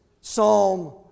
Psalm